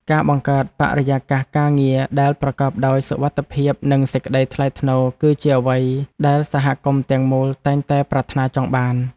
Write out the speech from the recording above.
ការបង្កើតបរិយាកាសការងារដែលប្រកបដោយសុវត្ថិភាពនិងសេចក្ដីថ្លៃថ្នូរគឺជាអ្វីដែលសហគមន៍ទាំងមូលតែងតែប្រាថ្នាចង់បាន។